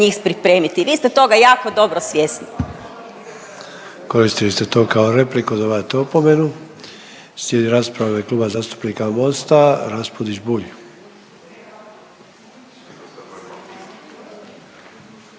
njih pripremiti. Vi ste toga jako dobro svjesni. **Sanader, Ante (HDZ)** Koristili ste to kao repliku dobivate opomenu. Slijedi rasprava u ime Kluba zastupnika Mosta Raspudić-Bulj.